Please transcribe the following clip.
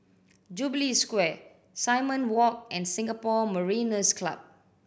Jubilee Square Simon Walk and Singapore Mariners' Club